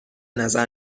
نظر